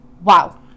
wow